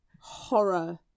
horror